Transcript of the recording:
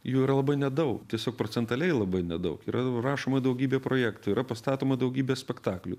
jų yra labai nedaug tiesiog procentaliai labai nedaug yra rašoma daugybė projektų yra pastatoma daugybė spektaklių